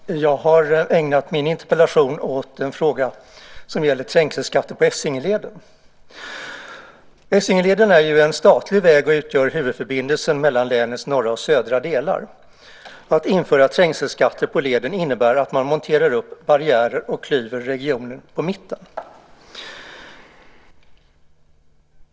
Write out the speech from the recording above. Herr talman! Jag har ägnat min interpellation åt en fråga som gäller trängselskatter på Essingeleden. Essingeleden är en statlig väg som utgör huvudförbindelse mellan länets norra och södra delar. Att införa trängselskatter på leden innebär att man monterar upp barriärer och klyver regioner på mitten.